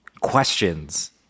questions